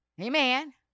Amen